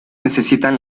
necesitan